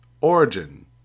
Origin